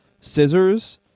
scissors